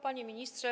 Panie Ministrze!